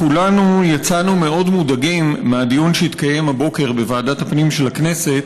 כולנו יצאנו מאוד מודאגים מהדיון שהתקיים הבוקר בוועדת הפנים של הכנסת